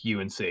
UNC